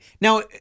Now